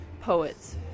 poets